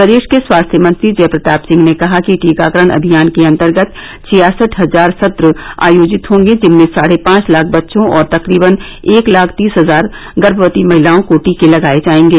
प्रदेश के स्वास्थ मंत्री जय प्रताप सिंह ने कहा कि टीकाकरण अभियान के अंतर्गत छियासठ हजार सत्र आयोजित होंगे जिनमें साढ़े पांच लाख बच्चों और तकरीबन एक लाख तीस हजार गर्मवती महिलाओं को टीके लगाए जाएंगे